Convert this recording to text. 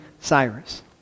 Cyrus